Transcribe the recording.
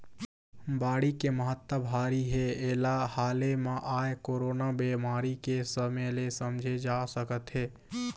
बाड़ी के महत्ता भारी हे एला हाले म आए कोरोना बेमारी के समे ले समझे जा सकत हे